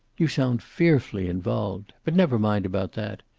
you sound fearfully involved. but never mind about that.